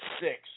six